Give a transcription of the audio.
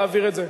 להעביר את זה,